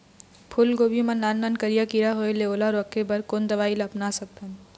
फूलगोभी मा नान नान करिया किरा होयेल ओला रोके बर कोन दवई ला अपना सकथन?